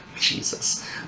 Jesus